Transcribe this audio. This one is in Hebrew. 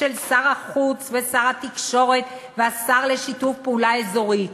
של שר החוץ ושר התקשורת והשר לשיתוף פעולה אזורי.